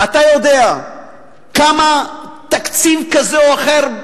אתה יודע כמה תקציב כזה או אחר,